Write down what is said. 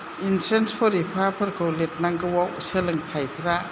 entrance फरिखाफोरखौ लिरनांगौआव सोलोंथायफोरा